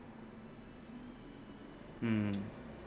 hmm